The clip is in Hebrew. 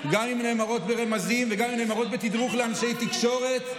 גם אם נאמרות ברמזים וגם אם נאמרות בתדרוך לאנשי תקשורת,